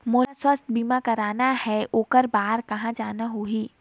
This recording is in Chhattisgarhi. मोला स्वास्थ बीमा कराना हे ओकर बार कहा जाना होही?